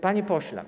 Panie Pośle!